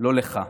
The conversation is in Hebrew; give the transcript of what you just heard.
לא לך.